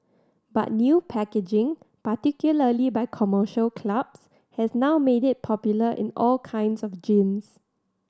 but new packaging particularly by commercial clubs has now made it popular in all kinds of gyms